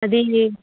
అదీ